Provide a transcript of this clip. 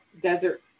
desert